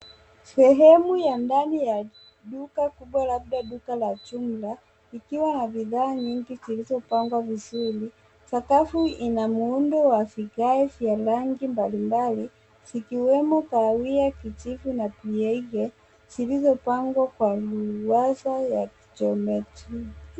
Sehemu ya ndani ya duka kubwa labda duka la tunda ,likiwa na bidhaa nyingi zilizopangwa vizuri. Sakafu ina muundo wa vigae vya rangi mbalimbali, zikiwemo kahawia, kijivu na nyeupe, zilizopangwa kwa miuwaza ya kijani jivu.